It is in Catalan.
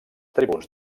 tribuns